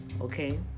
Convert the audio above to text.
okay